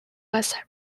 west